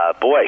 Boy